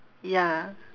ya